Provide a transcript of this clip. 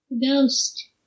ghost